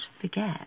forget